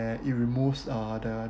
where it removes uh the